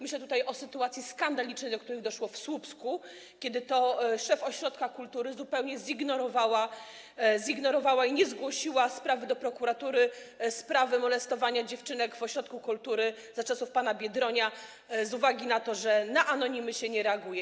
Myślę tutaj o sytuacji skandalicznej, do której doszło w Słupsku, kiedy to szef ośrodka kultury zupełnie zignorowała i nie zgłosiła do prokuratury sprawy molestowania dziewczynek w ośrodku kultury za czasów pana Biedronia z uwagi na to, że na anonimy się nie reaguje.